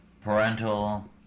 parental